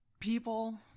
People